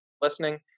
listening